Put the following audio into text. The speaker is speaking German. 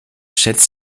schätzt